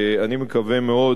שאני מקווה מאוד